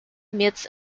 meets